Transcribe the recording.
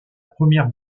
première